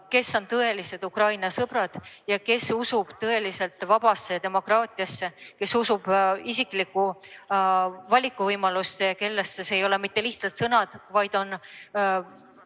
kes on tõelised Ukraina sõbrad ja kes usub tõeliselt vabadusse, demokraatiasse, kes usub isiklikku valikuvõimalusse ja kellele need ei ole mitte lihtsalt sõnad, vaid